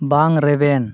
ᱵᱟᱝ ᱨᱮᱵᱮᱱ